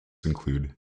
include